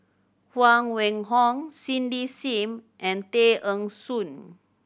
Huang Wenhong Cindy Sim and Tay Eng Soon